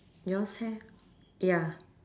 yours have ya